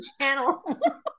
channel